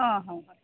ಹಾಂ ಹಾಂ